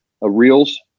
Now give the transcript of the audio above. reels